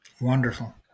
Wonderful